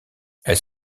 elles